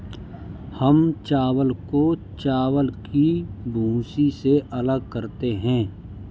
हम चावल को चावल की भूसी से अलग करते हैं